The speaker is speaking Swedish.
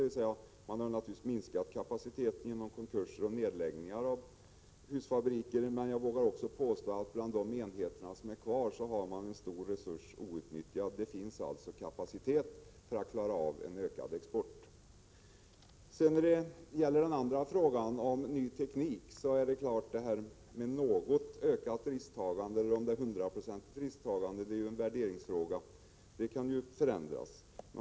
Man har naturligtvis minskat kapaciteten genom konkurser och nedläggningar av husfabriker. Men bland de enheter som finns kvar har man en stor outnyttjad resurs. Det finns alltså kapacitet för att klara av en ökad export. Beträffande exportkreditgarantisystemet när det gäller ny teknik vill jag — Prot. 1986/87:89 säga att det är en bedömningsfråga huruvida det är ett något ökat risktagande 18 mars 1987 eller ett hundraprocentigt risktagande. Förhållandena kan ju förändras.